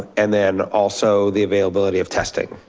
and then also the availability of testing.